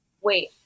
wait